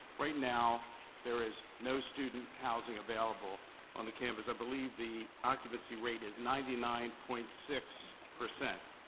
right now there is no student housing available on the campus, i believe the occupancy rate is ninety nine point six percent.